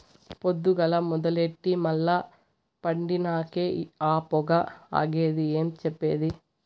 పొద్దుగాల మొదలెట్టి మల్ల పండినంకే ఆ పొగ ఆగేది ఏం చెప్పేది